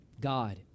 God